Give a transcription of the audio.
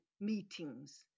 meetings